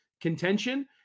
contention